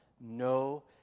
No